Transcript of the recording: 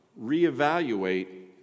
reevaluate